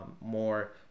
more